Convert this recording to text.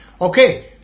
Okay